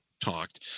talked